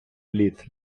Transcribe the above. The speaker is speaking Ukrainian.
пліт